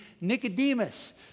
Nicodemus